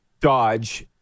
Dodge